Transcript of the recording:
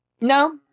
No